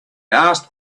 asked